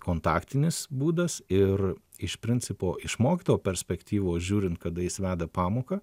kontaktinis būdas ir iš principo iš mokytojo perspektyvos žiūrint kada jis veda pamoką